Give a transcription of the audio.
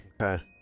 Okay